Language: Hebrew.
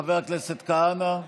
חבר הכנסת כהנא,